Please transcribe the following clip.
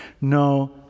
no